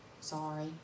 sorry